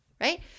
right